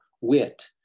Wit